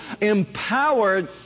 empowered